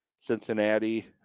Cincinnati